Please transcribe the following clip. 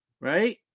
right